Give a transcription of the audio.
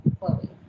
chloe